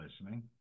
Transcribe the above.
listening